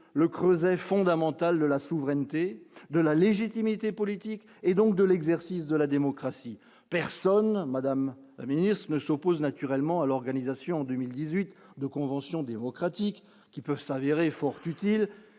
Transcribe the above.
le creuset fondamental de la souveraineté de la légitimité politique et donc de l'exercice de la démocratie personne Madame la ministre ne s'oppose naturellement à l'organisation 2018 2 conventions démocratiques qui peuvent s'avérer fort utile,